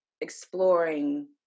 exploring